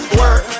work